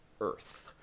earth